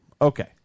Okay